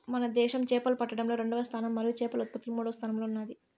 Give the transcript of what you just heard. మన దేశం చేపలు పట్టడంలో రెండవ స్థానం మరియు చేపల ఉత్పత్తిలో మూడవ స్థానంలో ఉన్నాది